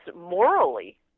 morally